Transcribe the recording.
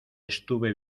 estuve